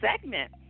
segment